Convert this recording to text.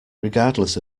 regardless